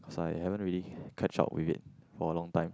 as I haven't really catch up with it for a long time